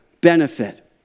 benefit